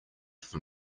from